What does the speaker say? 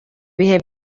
bihe